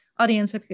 audience